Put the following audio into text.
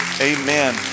Amen